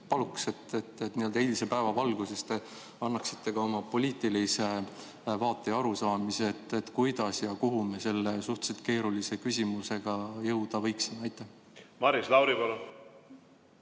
palun, et te eilse päeva valguses annaksite ka oma poliitilise vaate ja arusaamise, kuidas ja kuhu me selle suhteliselt keerulise küsimusega jõuda võiksime. Aitäh,